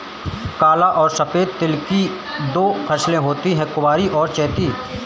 काला और सफेद तिल की दो फसलें होती है कुवारी और चैती